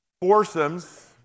foursomes